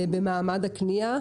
במעמד הקנייה,